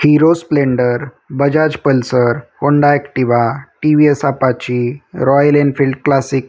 hero Splendor Bajaj Pulsar Honda Activa T V S Apache Royal Enfield classic